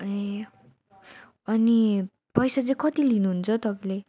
अनि अनि पैसा चाहिँ कति लिनुहुन्छ तपाईँले